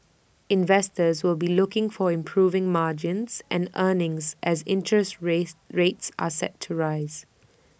investors will be looking for improving margins and earnings as interest rate rates are set to rise